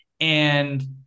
And-